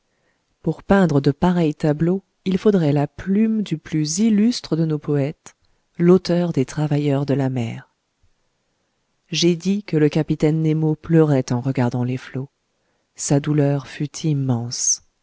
pour peindre de pareils tableaux il faudrait la plume du plus illustre de nos poètes l'auteur des travailleurs de la mer j'ai dit que le capitaine nemo pleurait en regardant les flots sa douleur fut immense